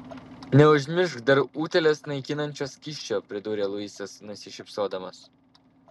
neužmiršk dar utėles naikinančio skysčio pridūrė luisas nusišypsodamas